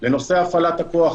לנושא הפעלת הכוח,